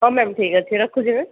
ହଁ ମ୍ୟାମ୍ ଠିକ୍ ଅଛି ରଖୁଛି